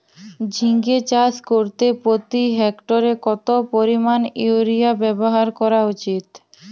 ঝিঙে চাষ করতে প্রতি হেক্টরে কত পরিমান ইউরিয়া ব্যবহার করা উচিৎ?